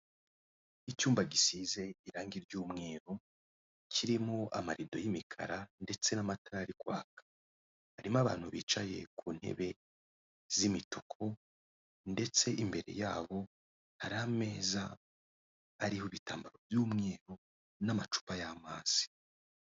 Icyumba gisize irangi ry'umweru kirimo amarido y'imikara ndetse n'amatara ari kwaka, harimo abantu bicaye ku ntebe z'imituku ndetse imbere yabo hari ameza ariho ibitambaro by'umweru n'amacupa y'amazi.